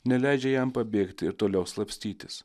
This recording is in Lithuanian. neleidžia jam pabėgti ir toliau slapstytis